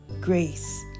grace